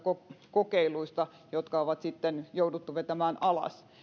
kokeiluista jotka on sitten jouduttu vetämään alas